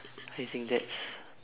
I think that's